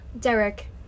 Derek